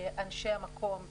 אנשי המקום,